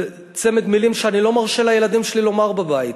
זה צמד מילים שאני לא מרשה לילדים שלי לומר בבית.